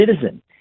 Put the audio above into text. citizen